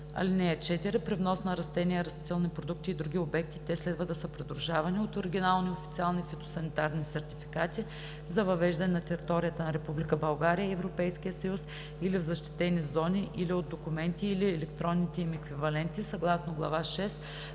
(4) При внос на растения, растителни продукти и други обекти те следва да са придружавани от оригинални официални фитосанитарни сертификати за въвеждане на територията на Република България и Европейския съюз или в защитени зони или от документи или електронните им еквиваленти съгласно глава